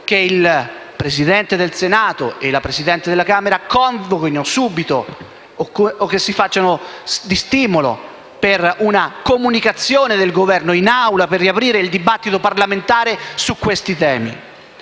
che il Presidente del Senato e la Presidente della Camera convochino subito o siano di stimolo per una comunicazione del Governo in Assemblea, per riaprire il dibattito parlamentare su questi temi,